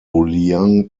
liang